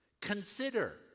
Consider